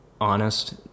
Honest